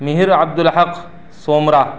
Mehr Abdul Haq Soomra